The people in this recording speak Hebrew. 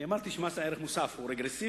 אני אמרתי שמס ערך מוסף הוא רגרסיבי,